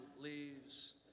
leaves